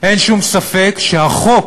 אין שום ספק שהחוק